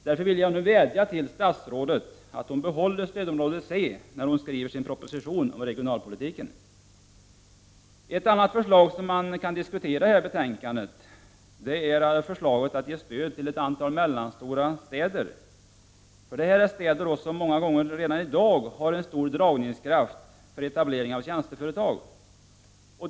Därför vill jag nu vädja till statsrådet att hon behåller stödområde C när hon skriver sin proposition om regionalpolitiken. Ett annat förslag som man verkligen kan diskutera i betänkandet från regionalpolitiska kommittén är förslaget att ge stöd till ett antal mellanstora städer. Det är många gånger städer som redan i dag har en stor dragningskraft för etablering av tjänsteföretag.